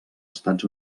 estats